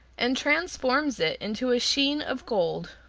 and transforms it into a sheen of gold.